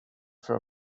for